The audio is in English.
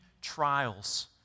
trials